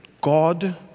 God